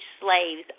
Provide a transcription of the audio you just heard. slaves